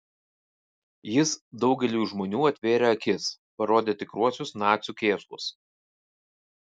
jis daugeliui žmonių atvėrė akis parodė tikruosius nacių kėslus